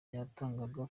yatangaga